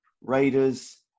Raiders